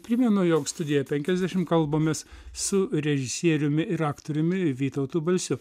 primenu jog studijoje penkiadešim kalbamės su režisieriumi ir aktoriumi vytautu balsiu